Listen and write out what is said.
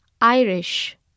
Irish